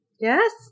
Yes